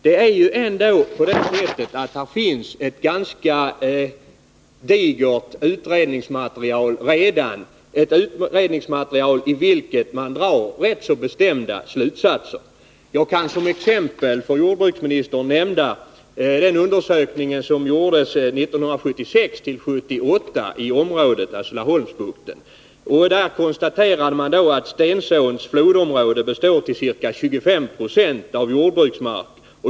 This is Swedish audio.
Det finns här redan ett ganska digert utredningsmaterial, i vilket man drar rätt bestämda slutsatser. Jag kan som exempel för jordbruksministern nämna de undersökningar som gjordes 1976-1978 i Laholmsbukten. Där konstaterade man att Stensåns flodområde till ca 25 96 består av jordbruksmark.